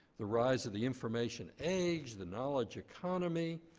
the rise of the information age, the knowledge economy,